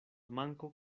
manko